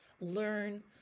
learn